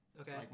Okay